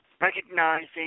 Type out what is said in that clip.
recognizing